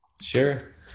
Sure